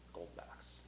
Goldbacks